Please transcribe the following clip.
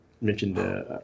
mentioned